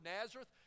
Nazareth